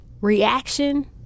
reaction